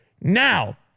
now